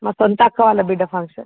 మా సొంత అక్క వాళ్ళ బిడ్డ ఫంక్షను